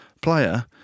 player